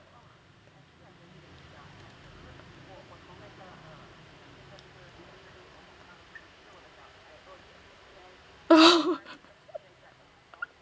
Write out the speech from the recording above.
well